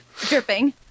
Dripping